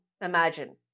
imagine